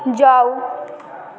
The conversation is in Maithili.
जाउ